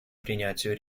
принятию